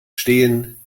stehen